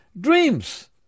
dreams